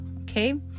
Okay